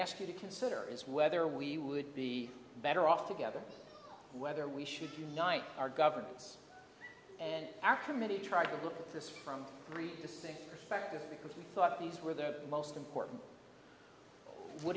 ask you to consider is whether we would be better off together whether we should unite our governments and our committee tried to look at this from three to six factors because we thought these were the most important what